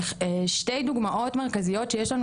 ישנן שתי דוגמאות מרכזיות שיש לנו